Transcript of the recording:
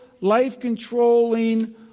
life-controlling